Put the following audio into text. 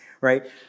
right